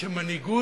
שמנהיגות,